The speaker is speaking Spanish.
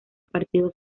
partido